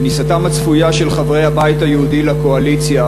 כניסתם הצפויה של חברי הבית היהודי לקואליציה